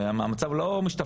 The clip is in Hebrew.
המצב לא משתפר.